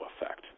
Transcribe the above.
effect